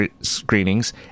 screenings